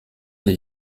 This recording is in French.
les